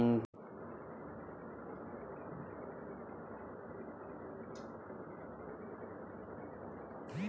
internet banking क मदद fixed deposit या रेकरिंग डिपाजिट क ब्याज दर क गणना करल जा सकल जाला